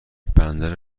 بندر